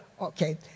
Okay